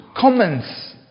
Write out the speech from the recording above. comments